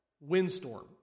windstorm